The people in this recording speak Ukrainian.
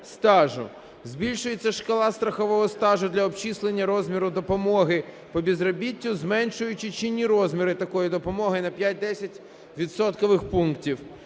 стажу. Збільшується шкала страхового стажу для обчислення розміру допомоги по безробіттю, зменшуючи чинні розміри такої допомоги на 5-10